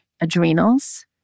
adrenals